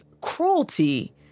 cruelty